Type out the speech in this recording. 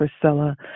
Priscilla